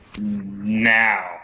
Now